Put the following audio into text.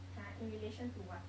!huh! in relation to what